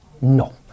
No